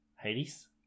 Hades